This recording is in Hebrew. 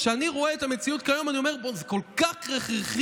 כשאני רואה את המציאות כיום אני אומר: זה כל כך הכרחי,